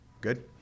Good